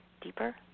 deeper